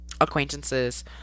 acquaintances